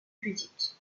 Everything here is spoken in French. pudique